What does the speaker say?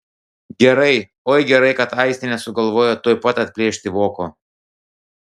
gerai oi gerai kad aistė nesugalvojo tuoj pat atplėšti voko